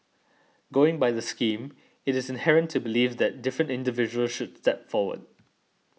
going by the scheme it is inherent to believe that different individuals that step forward